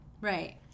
Right